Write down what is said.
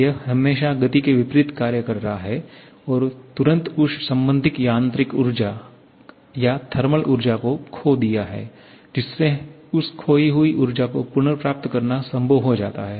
यह हमेशा गति के विपरीत कार्य कर रहा है और तुरंत उस संबंधित यांत्रिक ऊर्जा या थर्मल ऊर्जा को खो दिया है जिससे उस खोई हुई ऊर्जा को पुनर्प्राप्त करना संभव हो जाता है